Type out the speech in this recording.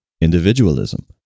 individualism